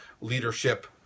leadership